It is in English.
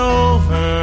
over